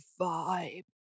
Vibe